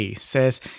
says